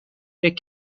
فکر